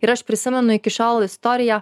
ir aš prisimenu iki šiol istoriją